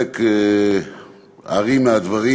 חלק הארי מהדברים,